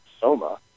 soma